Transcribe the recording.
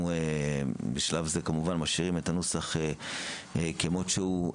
בשלב זה אנחנו משאירים את הנוסח כמות שהוא,